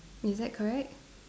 is that correct